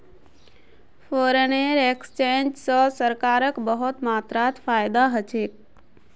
foreign exchange स सरकारक बहुत मात्रात फायदा ह छेक